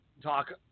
talk